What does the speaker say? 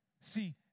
See